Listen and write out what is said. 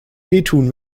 wehtun